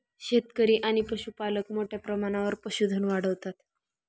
शेतकरी आणि पशुपालक मोठ्या प्रमाणावर पशुधन वाढवतात